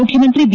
ಮುಖ್ಯಮಂತ್ರಿ ಬಿ